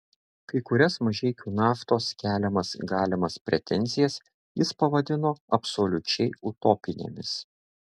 kai kurias mažeikių naftos keliamas galimas pretenzijas jis pavadino absoliučiai utopinėmis